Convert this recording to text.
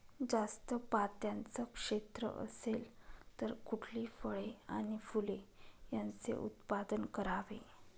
जास्त पात्याचं क्षेत्र असेल तर कुठली फळे आणि फूले यांचे उत्पादन करावे?